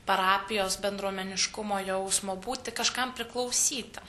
parapijos bendruomeniškumo jausmo būti kažkam priklausyti